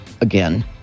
again